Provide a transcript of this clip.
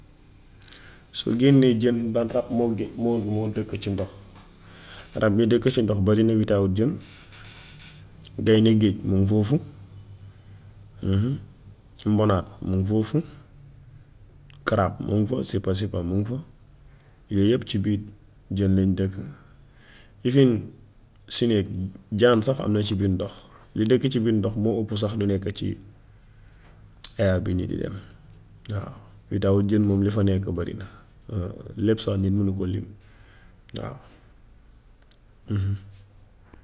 Soo génnee jën ban rab moo moo moo fëkk ci ndox. Rab yi dëkk ci ndox barinañ, te witaawut jën: beyne géej miŋ foofu, mbonaat miŋ foofu, karaap miŋ fa, sippa sippa muŋ fa. Yooy yépp ci biit jën lañ dëkk. Lifin si néeg jaan sax am na ci biit ndox. Li dëkk ci biit ndox moo ëpp sax li nekk air bii nii di dem waaw. Witaawut jën moom li fa nekk barina. Lépp sax nit munu ko lim waaw.